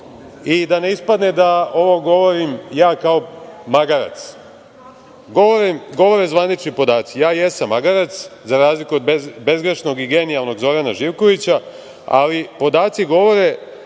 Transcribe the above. ne ispadne da ovo govorim ja kao magarac, govore zvanični podaci. Ja jesam magarac, za razliku od bezgrešnog i genijalnog Zorana Živkovića, ali podaci govore